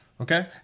okay